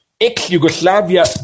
ex-Yugoslavia